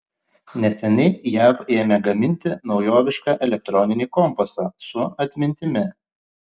neseniai jav ėmė gaminti naujovišką elektroninį kompasą su atmintimi